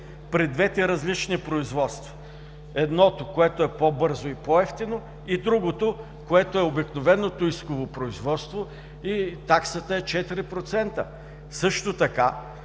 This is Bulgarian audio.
при двете различни производства. Едното е по-бързо и по-евтино, а за другото, което е обикновеното исково производство, таксата е 4%. Ще